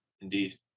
Indeed